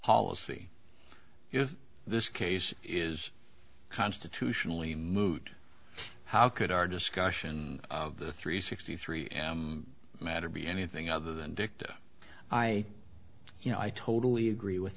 policy if this case is constitutionally moot how could our discussion of the three sixty three matter be anything other than dicta i you know i totally agree with